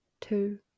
two